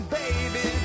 baby